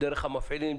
דרך המפעילים,